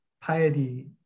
piety